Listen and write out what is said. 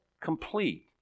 complete